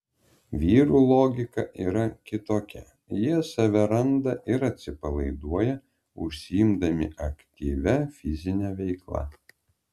vyrų logika yra kitokia jie save randa ir atsipalaiduoja užsiimdami aktyvia fizine veikla